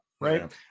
right